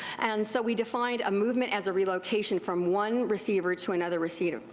and so we defined a movement as a relocation from one receiver to another receiver.